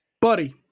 Buddy